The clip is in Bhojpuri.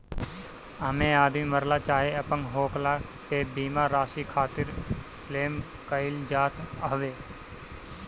एमे आदमी के मरला चाहे अपंग होखला पे बीमा राशि खातिर क्लेम कईल जात हवे